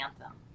anthem